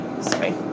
Sorry